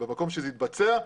במקום שזה יתבצע,